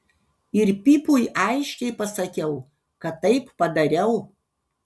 ir pipui aiškiai pasakiau kad taip padariau